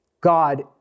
God